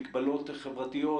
מגבלות חברתיות,